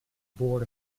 board